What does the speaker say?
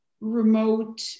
remote